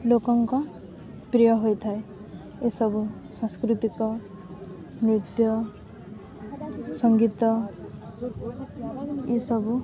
ଲୋକଙ୍କ ପ୍ରିୟ ହୋଇଥାଏ ଏସବୁ ସାଂସ୍କୃତିକ ନୃତ୍ୟ ସଙ୍ଗୀତ ଏସବୁ